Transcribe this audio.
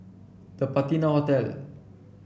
The Patina Hotel